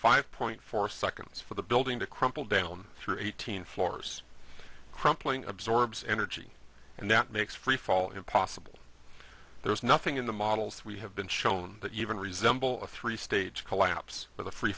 five point four seconds for the building to crumple down through eighteen floors crumpling absorbs energy and that makes freefall impossible there is nothing in the models we have been shown that even resemble a three stage collapse with a free